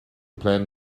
plan